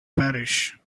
parish